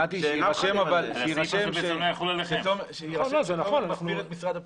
נתי, שיירשם שתומר מסביר את משרד הפנים.